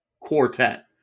quartet